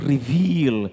Reveal